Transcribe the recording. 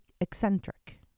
eccentric